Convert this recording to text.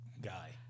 guy